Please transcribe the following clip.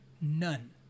none